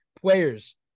Players